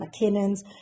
McKinnon's